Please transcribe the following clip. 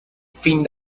fin